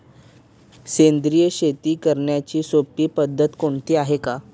सेंद्रिय शेती करण्याची सोपी पद्धत कोणती आहे का?